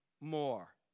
more